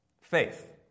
faith